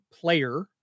player